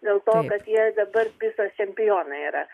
dėl to kad jie dabar pisos čempionai yra